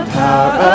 power